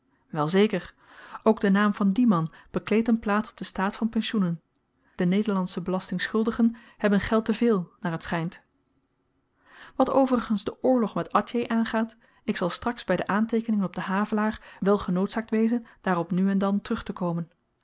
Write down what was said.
wel zeker ook de naam van dien man bekleedt n plaats op den staat van pensioenen de nederlandsche belastingschuldigen hebben geld te veel naar t schynt dat atjeh zou veroverd en de atjinees overwonnen zyn is n leugen wat overigens den oorlog met atjeh aangaat ik zal straks by de aanteekeningen op den havelaar wel genoodzaakt wezen daarop nu en dan terug te komen